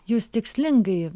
jūs tikslingai